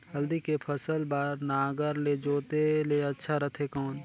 हल्दी के फसल बार नागर ले जोते ले अच्छा रथे कौन?